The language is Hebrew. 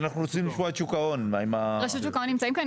רשות שוק ההון נמצאים כאן.